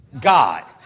God